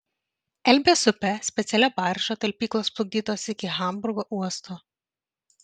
elbės upe specialia barža talpyklos plukdytos iki hamburgo uosto